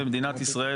במדינת ישראל,